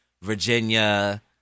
Virginia